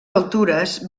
altures